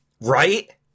right